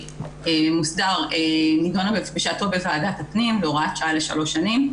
מוסדר נדונה בשעתו בוועדת הפנים בהוראת שעה לשלוש שנים,